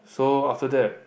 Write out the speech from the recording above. so after that